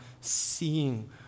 seeing